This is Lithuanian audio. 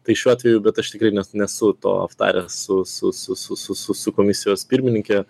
tai šiuo atveju bet aš tikrai nes nesu to aptaręs su su su su su sus komisijos pirmininke